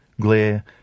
glare